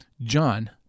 John